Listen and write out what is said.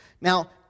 Now